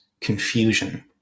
confusion